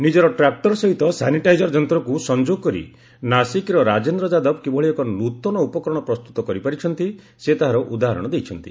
ନିଜର ଟ୍ରାକ୍ଟର ସହିତ ସାନିଟାଇଜର ଯନ୍ତ୍ରକୁ ସଂଯୋଗ କରି ନାସିକ୍ର ରାଜେନ୍ଦ୍ର ଯାଦବ କିଭଳି ଏକ ନୂତନ ଉପକରଣ ପ୍ରସ୍ତୁତ କରିପାରିଛନ୍ତି ସେ ତାହାର ଉଦାହରଣ ଦେଇଛନ୍ତି